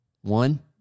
one